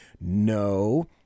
No